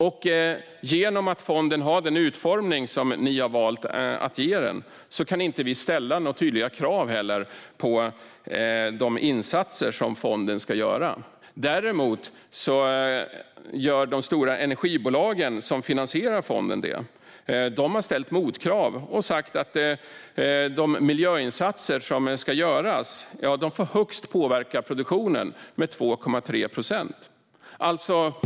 Och genom att fonden har den utformning som ni har valt att ge den kan vi inte heller ställa några tydliga krav på de insatser som fonden ska göra. Det gör däremot de stora energibolag som finansierar fonden. De har ställt motkrav och sagt: De miljöinsatser som ska göras får påverka produktionen med högst 2,3 procent.